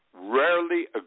rarely